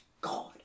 God